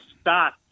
start